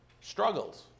struggles